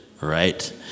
right